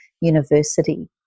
University